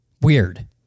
Weird